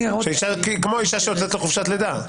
כמו אישה שיוצאת לחופשת לידה.